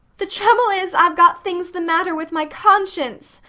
the trouble is, i've got things the matter with my conscience,